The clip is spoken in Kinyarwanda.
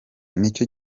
nicyo